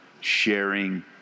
sharing